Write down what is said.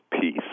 peace